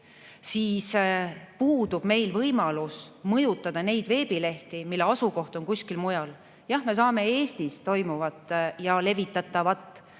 siis puudub meil võimalus mõjutada neid veebilehti, mille asukoht on kusagil mujal. Jah, me saame Eestis toimuvat ja levitatavat